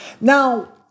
Now